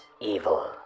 Evil